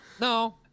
No